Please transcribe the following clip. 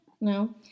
No